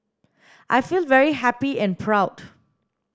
I feel very happy and proud